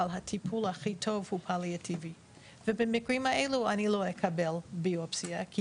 הטיפול הכי טוב הוא על טבעי ובמקרים האלו אני לא אקבל ביופסיה כי